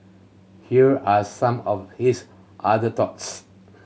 here are some of his other thoughts